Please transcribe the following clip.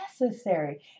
necessary